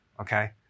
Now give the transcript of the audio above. Okay